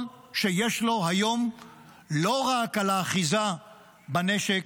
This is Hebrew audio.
שיש לו היום לא רק על האחיזה בנשק,